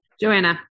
Joanna